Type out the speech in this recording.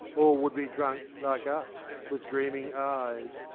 all would be drunk like us, with dreaming eyes